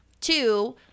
Two